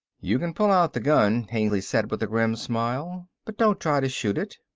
you can pull out the gun, hengly said with a grim smile, but don't try to shoot it.